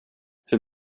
hur